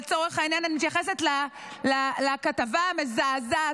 לצורך העניין אני מתייחסת לכתבה המזעזעת,